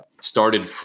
started